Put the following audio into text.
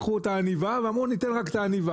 לקחו רק את העניבה ואמרו ניתן רק את העניבה,